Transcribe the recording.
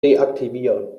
deaktivieren